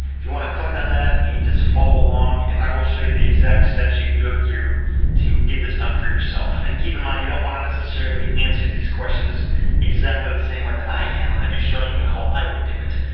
if you wanna click on that, you can just follow along, and i will show you the exact steps you can go through to get this done for yourself, and keep in mind, you don't wanna necessarily answer these questions exactly the same way that i am. i'm just showing you how i would do it.